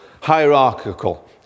hierarchical